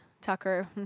Tucker